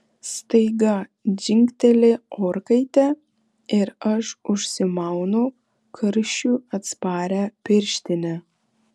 staiga dzingteli orkaitė ir aš užsimaunu karščiui atsparią pirštinę